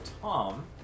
Tom